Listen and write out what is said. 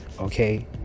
Okay